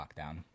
lockdown